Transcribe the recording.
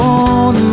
on